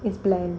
is bland